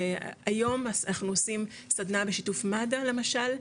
היום אנחנו עושים סדנא בשיתוף מד"א למשל,